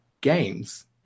games